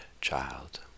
Child